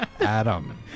Adam